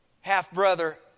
half-brother